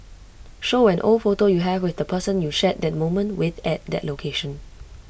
show an old photo you have with the person you shared that moment with at that location